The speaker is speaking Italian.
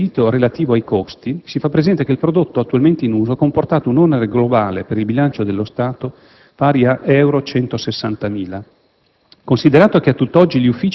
Per quanto concerne, poi, il quesito relativo ai costi, si fa presente che il prodotto attualmente in uso ha comportato un onere globale per il bilancio dello Stato pari a 160.000 euro.